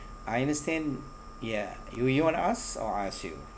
I understand ya you you want to ask or I ask you